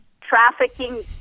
trafficking